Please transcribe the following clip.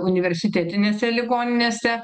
universitetinėse ligoninėse